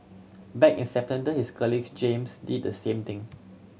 back in his colleague James did the same thing